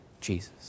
Jesus